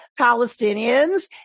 Palestinians